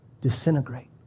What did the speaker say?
disintegrate